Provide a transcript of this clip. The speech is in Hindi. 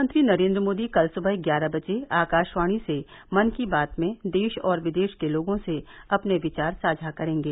प्रधानमंत्री नरेन्द्र मोदी कल सुबह ग्यारह बजे आकाशवाणी से मन की बात में देश और विदेश के लोगों से अपने विचार साझा करेंगे